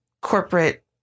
corporate